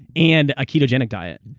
and a ketogenic diet.